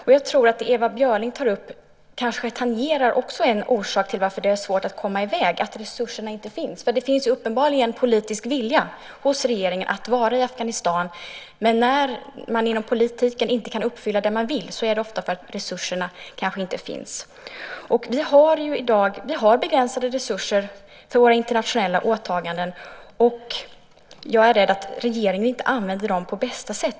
Ewa Björling tar också upp någonting som jag tror tangerar en orsak till att det är svårt att komma i väg, nämligen att resurserna inte finns. Uppenbarligen finns det politisk vilja hos regeringen att vara i Afghanistan, men när man inom politiken inte kan uppfylla det man vill är det ofta för att resurserna inte finns. Vi har i dag begränsade resurser för våra internationella åtaganden, och jag är rädd att regeringen inte använder dem på bästa sätt.